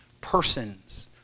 persons